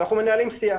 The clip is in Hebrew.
ואנחנו מנהלים שיח.